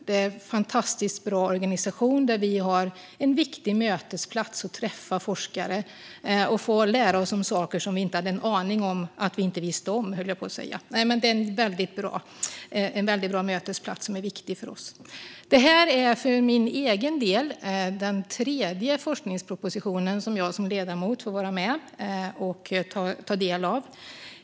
Det är en fantastiskt bra organisation och en viktig mötesplats där vi får träffa forskare och lära oss om saker som vi inte hade en aning om att vi inte visste om, höll jag på att säga. Det är en väldigt bra mötesplats, som är viktig för oss. Det här är för min egen del den tredje forskningsproposition som jag som ledamot får vara med och ta del av.